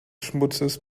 schmutzes